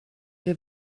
wir